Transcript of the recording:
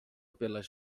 pelas